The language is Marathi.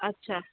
अच्छा